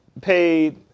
paid